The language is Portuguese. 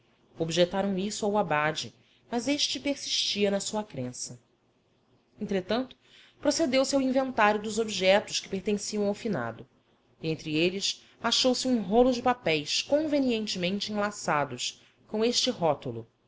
loucura objetaram isso ao abade mas este persistia na sua crença entretanto procedeu se ao inventário dos objetos que pertenciam ao finado e entre eles achou-se um rolo de papéis convenientemente enlaçados com este rótulo